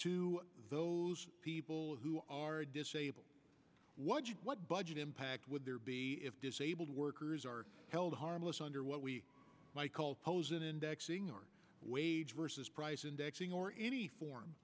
to those people who are disabled what do you what budget impact would there be disabled workers are held harmless under what we call posing indexing or wage versus price indexing or any form